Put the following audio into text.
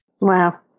Wow